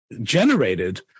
generated